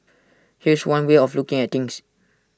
here's one way of looking at things